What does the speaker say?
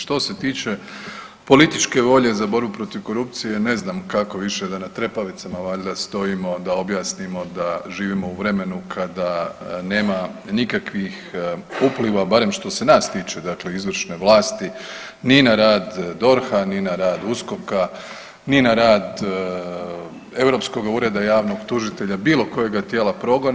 Što se tiče političke volje za borbu protiv korupcije, ne znam kako više da na trepavicama valjda stojimo da objasnimo da živimo u vremenu kada nema nikakvih upliva, barem što se nas tiče, dakle izvršne vlasti ni na rad DORH-a ni na rad USKOK-a, ni na rad Europskoga ureda javnog tužitelja, bilo kojega tijela progona.